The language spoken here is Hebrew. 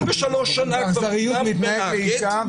------ באכזריות הוא מתנהג לאישה,